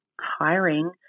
hiring